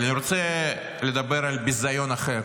אבל אני רוצה לדבר על ביזיון אחר,